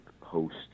host